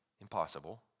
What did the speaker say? impossible